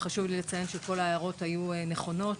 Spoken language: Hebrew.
חשוב לי לציין שכל ההערות היו נכונות